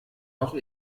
auch